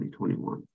2021